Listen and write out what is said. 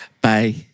Bye